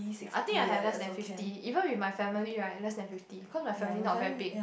I think I have less than fifty even with my family right less than fifty cause my family not very big